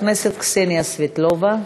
חברת הכנסת קסניה סבטלובה.